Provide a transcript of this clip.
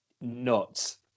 nuts